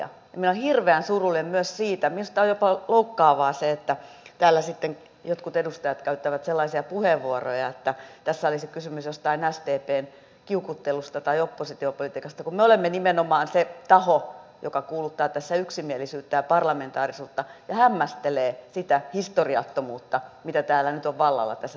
minä olen hirveän surullinen myös siitä minusta on jopa loukkaavaa se että täällä jotkut edustajat käyttävät sellaisia puheenvuoroja että tässä olisi kysymys jostain sdpn kiukuttelusta tai oppositiopolitiikasta kun me olemme nimenomaan se taho joka kuuluttaa tässä yksimielisyyttä ja parlamentaarisuutta ja hämmästelee sitä historiattomuutta mikä nyt on vallalla tässä salissa